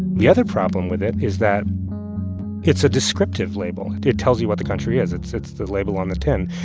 the other problem with it is that it's a descriptive label. it tells you what the country is. it's it's the label on the tin.